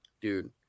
dude